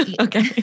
Okay